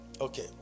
Okay